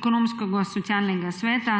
Ekonomsko-socialnega sveta